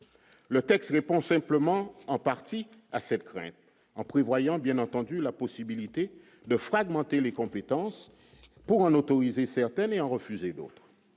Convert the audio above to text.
le texte répond simplement en partie à cette crainte en prévoyant bien entendu la possibilité de fragmenter les compétences pour en autoriser certaines ayant refusé mais